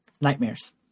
Nightmares